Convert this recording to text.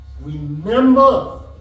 remember